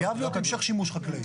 חייב להיות המשך שימוש חקלאי.